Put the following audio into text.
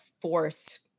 forced